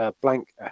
blank